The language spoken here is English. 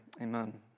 amen